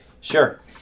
Sure